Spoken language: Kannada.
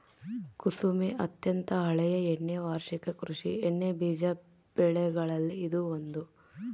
ಕುಸುಮೆ ಅತ್ಯಂತ ಹಳೆಯ ಎಣ್ಣೆ ವಾರ್ಷಿಕ ಕೃಷಿ ಎಣ್ಣೆಬೀಜ ಬೆಗಳಲ್ಲಿ ಇದು ಒಂದು